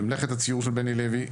במלאכת הציור של בני לוי,